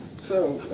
so,